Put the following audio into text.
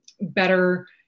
better